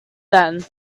then